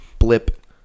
blip